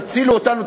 תצילו אותנו,